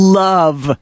love